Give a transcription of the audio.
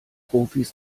profis